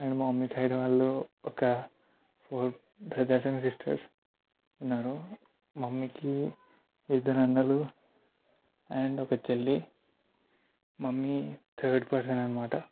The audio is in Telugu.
అండ్ మా మమ్మీ సైడ్ వాళ్ళు ఒక ఫోర్ బ్రదర్స్ అండ్ సిస్టర్స్ ఉన్నారు మమ్మీకి ఇద్దరు అన్నలు అండ్ ఒక చెల్లి మమ్మీ థర్డ్ పర్సన్ అన్నమాట